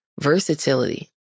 versatility